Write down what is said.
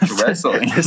Wrestling